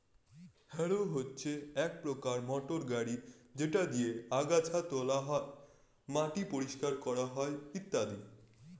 harrow হচ্ছে এক প্রকার মোটর গাড়ি যেটা দিয়ে আগাছা তোলা হয়, মাটি পরিষ্কার করা হয় ইত্যাদি